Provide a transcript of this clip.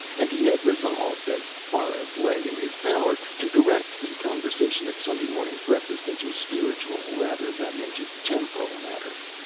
and he had resolved, as far as lay in his power, to direct the conversation at sunday morning's breakfast into spiritual rather than into temporal matters.